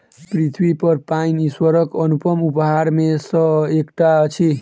पृथ्वीपर पाइन ईश्वरक अनुपम उपहार मे सॅ एकटा अछि